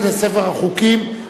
הבית מאוחד בהחלטת האוצר לשנות חזרה את